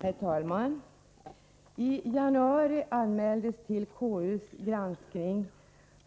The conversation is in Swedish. Herr talman! I januari anmäldes till KU:s granskning